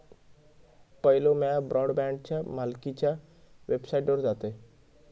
पयलो म्या ब्रॉडबँडच्या मालकीच्या वेबसाइटवर जातयं